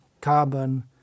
carbon